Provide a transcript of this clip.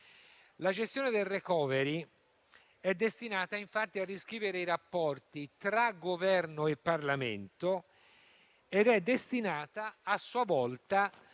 La gestione del *recovery fund* è destinata, infatti, a riscrivere i rapporti tra Governo e Parlamento ed è destinata, a sua volta,